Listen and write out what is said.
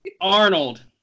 Arnold